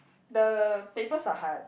the papers are hard